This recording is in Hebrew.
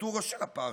דיקטטורה של אפרטהייד.